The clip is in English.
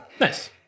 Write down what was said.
Nice